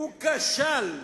והוא כשל,